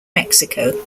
mexico